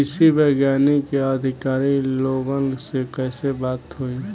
कृषि वैज्ञानिक या अधिकारी लोगन से कैसे बात होई?